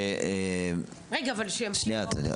אגע, אבל שיסביר.